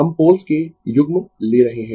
हम पोल्स के युग्म ले रहे है